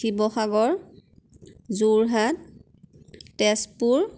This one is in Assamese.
শিৱসাগৰ যোৰহাট তেজপুৰ